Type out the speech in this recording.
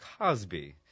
Cosby